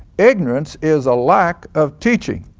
ignorance is a lack of teaching.